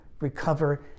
recover